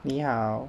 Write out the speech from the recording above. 你好